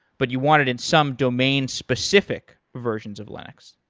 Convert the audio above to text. but you want it in some domain-specific version of linux.